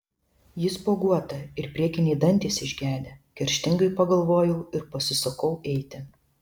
ji spuoguota ir priekiniai dantys išgedę kerštingai pagalvojau ir pasisukau eiti